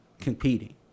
competing